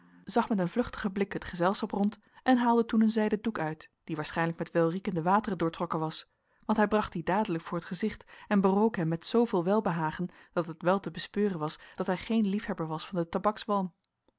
zag met een vluchtigen blik het gezelschap rond en haalde toen een zijden doek uit die waarschijnlijk met welriekende wateren doortrokken was want hij bracht dien dadelijk voor t gezicht en berook hem met zooveel welbehagen dat het wel te bespeuren was dat hij geen liefhebber was van den tabakswalm